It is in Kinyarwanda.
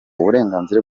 uburenganzira